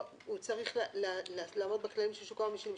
הוא צריך לעמוד בכללים של שוק ההון בשביל למשוך,